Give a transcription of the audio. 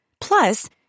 Plus